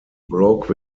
broke